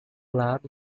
lado